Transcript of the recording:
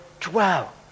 dwell